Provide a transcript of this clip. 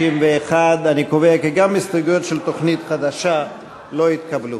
61. אני קובע כי גם ההסתייגויות של תוכנית חדשה לא התקבלו.